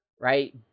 right